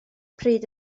pryd